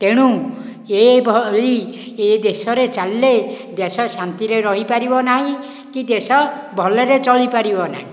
ତେଣୁ ଏହିଭଳି ଏ ଦେଶରେ ଚାଲିଲେ ଦେଶ ଶାନ୍ତିରେ ରହିପାରିବ ନାହିଁ କି ଦେଶ ଚଳିପାରିବ ନାହିଁ